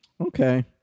okay